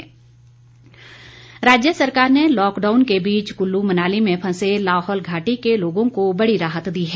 राहत लाहौल राज्य सरकार ने लॉकडाउन के बीच कुल्लू मनाली में फंसे लाहौल घाटी के लोगों को बड़ी राहत दी है